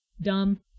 dumb